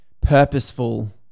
purposeful